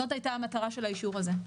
זאת הייתה המטרה של האישור הזה.